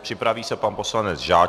Připraví se pan poslanec Žáček.